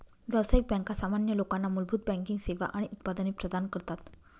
व्यावसायिक बँका सामान्य लोकांना मूलभूत बँकिंग सेवा आणि उत्पादने प्रदान करतात